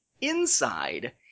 inside